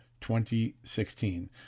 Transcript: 2016